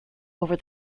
over